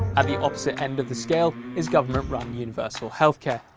at the opposite end of the scale is government-run universal health care,